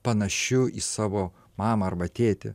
panašių į savo mamą arba tėtį